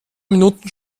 minuten